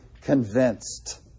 convinced